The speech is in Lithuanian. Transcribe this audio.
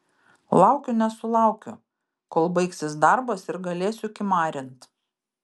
laukiu nesulaukiu kol baigsis darbas ir galėsiu kimarint